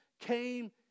came